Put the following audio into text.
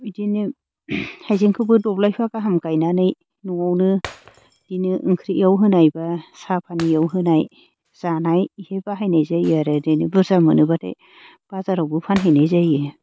बिदिनो हाइजेंखौबो दब्लायफा गाहाम गायनानै न'आवनो बिदिनो ओंख्रियाव होनाय बा साहा फानियाव होनाय जानायसो बाहायनाय जायो आरो ओरैनो बुर्जा मोनो बाथाय बाजारावबो फानहैनाय जायो